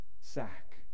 sack